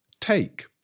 take